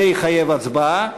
זה יחייב הצבעה,